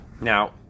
now